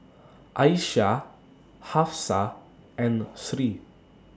Aisyah Hafsa and Sri